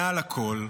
מעל הכול,